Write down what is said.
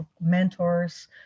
mentors